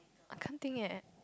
I can't think leh